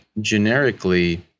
generically